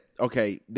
okay